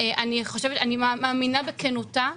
אני מאמינה בכנותה,